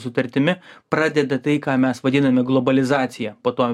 sutartimi pradeda tai ką mes vadiname globalizacija po to